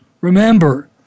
Remember